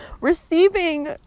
receiving